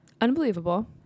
Unbelievable